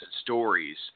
stories